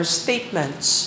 statements